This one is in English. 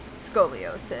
scoliosis